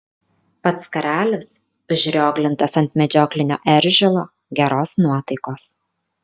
pats karalius užrioglintas ant medžioklinio eržilo geros nuotaikos